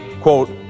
quote